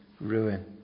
ruin